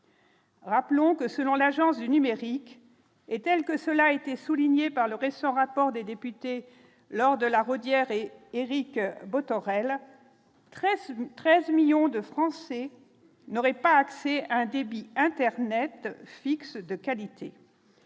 Rappelons que, selon l'agence du numérique est telle que cela a été souligné par le récent rapport des députés Laure de La Raudière et Éric Bothorel 13 13 millions de Français n'auraient pas accès à un débit Internet fixe de qualité